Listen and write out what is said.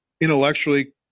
intellectually